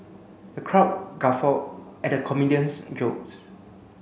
the crowd guffawed at the comedian's jokes